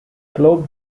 club